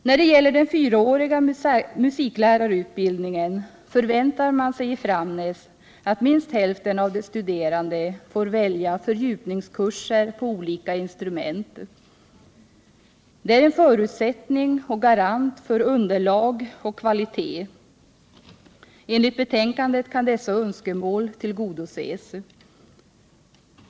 När det gäller den fyraåriga musiklärarutbildningen förväntar man sig i Framnäs att minst hälften av de studerande får välja fördjupningskurser beträffande olika instrument. Detta är en förutsättning och en garant för underlag och kvalitet. Enligt betänkandet kan dessa önskemål tillgodoses.